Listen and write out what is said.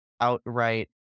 outright